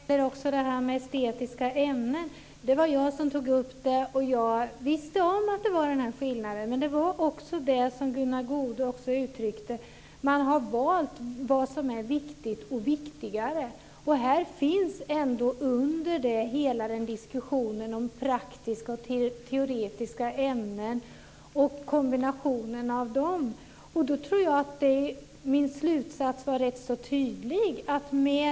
Herr talman! Jag tog också upp detta med estetiska ämnen. Jag kände till den här skillnaden. Gunnar Goude uttryckte också att man har valt det som är viktigt och viktigare. Under hela diskussionen om praktiska och teoretiska ämnen och kombinationen av dem tror jag att min slutsats var ganska tydlig.